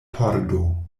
pordo